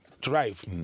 Drive